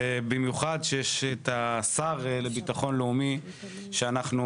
במיוחד כשיש את השר לביטחון לאומי שאנחנו